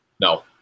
No